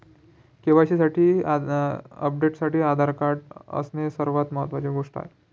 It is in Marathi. के.वाई.सी अपडेशनसाठी आधार कार्ड असणे सर्वात महत्वाची गोष्ट आहे